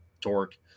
torque